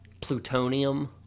plutonium